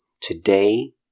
today